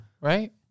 Right